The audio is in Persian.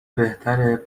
بهتره